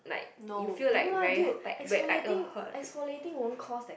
no no lah dude exfoliating exfoliating won't cause like